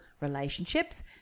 relationships